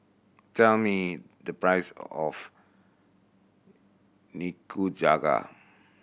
tell me the price of Nikujaga